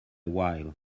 while